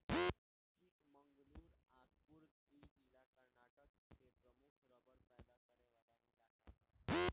चिकमंगलूर आ कुर्ग इ जिला कर्नाटक के प्रमुख रबड़ पैदा करे वाला इलाका ह